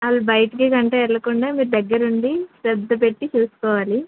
వాళ్ళు బయటకి అట్లా వెళ్లకుండా మీరు దగ్గర ఉండి శ్రద్ధ పెట్టి చూసుకోవాలి